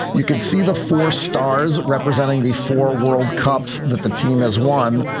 you can see the four stars representing the four world cups that the team has won,